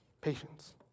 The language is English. Patience